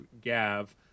Gav